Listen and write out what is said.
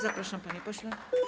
Zapraszam, panie pośle.